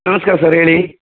ನಮಸ್ಕಾರ ಸರ್ ಹೇಳಿ